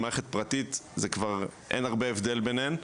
במערכת הפרטית כבר אין הרבה הבדל ביניהן.